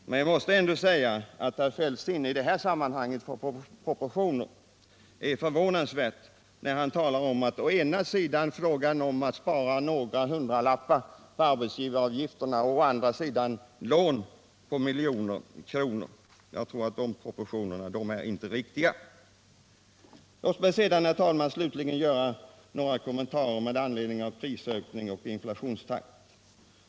Men jag måste säga att herr Feldts sinne för proportioner i detta sammanhang är förvånansvärt dåligt när han talar å ena sidan om att spara några hundralappar på arbetsgivaravgifterna och å andra sidan om lån på miljontals kronor. Låt mig sedan, herr talman, göra några kommentarer med anledning av prisökning och inflationstakt.